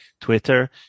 twitter